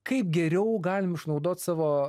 kaip geriau galim išnaudot savo